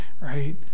right